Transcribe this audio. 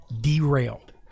derailed